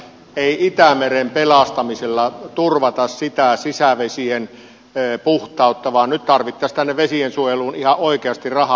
ei itämeren pelastamisella turvata sitä sisävesien puhtautta vaan nyt tarvittaisiin tänne vesiensuojeluun ihan oikeasti rahaa